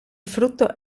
frutto